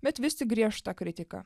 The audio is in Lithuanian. bet vis tik griežta kritika